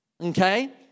Okay